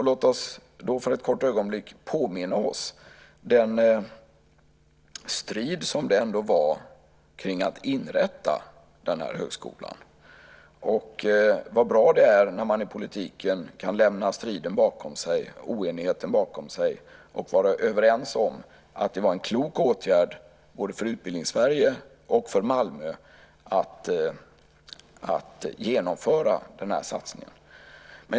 Låt oss då för ett kort ögonblick påminna oss om den strid som det ändå var att inrätta denna högskola. Vad bra det är när man i politiken kan lämna striden, oenigheten, bakom sig och vara överens om att det var en klok åtgärd både för Utbildnings-Sverige och för Malmö att genomföra satsningen.